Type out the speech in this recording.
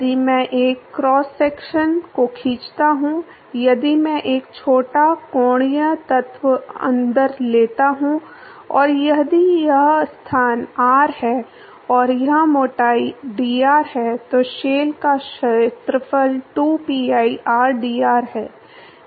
यदि मैं एक क्रॉस सेक्शन को खींचता हूं यदि मैं एक छोटा कोणीय तत्व अंदर लेता हूं और यदि यह स्थान r है और यह मोटाई dr है तो शेल का क्षेत्रफल 2 pi rdr है